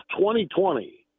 2020